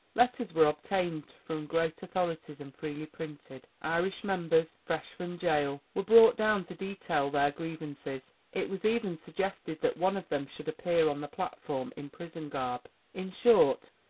letters were obtained from great authorities and freely printed. irish members, fresh from gaol, were brought down to detail their grievances. it was even suggested that one of them should appear on the platform in prison garb in short,